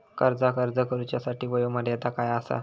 कर्जाक अर्ज करुच्यासाठी वयोमर्यादा काय आसा?